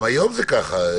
גם היום זה ככה,